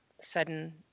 sudden